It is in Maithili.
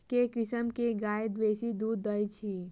केँ किसिम केँ गाय बेसी दुध दइ अछि?